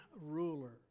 ruler